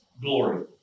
glory